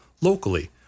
Locally